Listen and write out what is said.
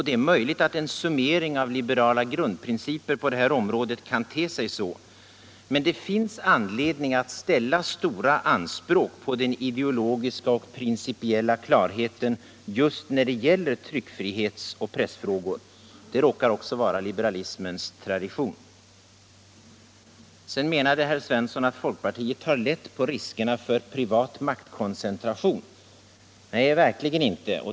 Det är möjligt att en summering av liberala grundprinciper på detta område kan te sig så. Men det finns anledning att ställa stora anspråk på den ideologiska och principiella klarheten när det gäller tryckfrihetsoch pressfrågor. Det råkar också vara liberalismens tradition. Sedan menar herr Svensson att folkpartiet tar lätt på riskerna för privat maktkoncentration. Nej, verkligen inte.